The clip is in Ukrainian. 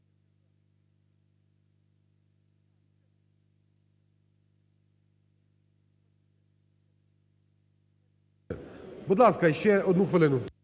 Будь ласка, ще одну хвилину.